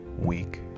week